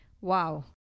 Wow